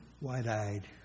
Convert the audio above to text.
wide-eyed